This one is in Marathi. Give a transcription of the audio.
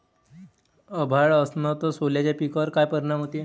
अभाळ असन तं सोल्याच्या पिकावर काय परिनाम व्हते?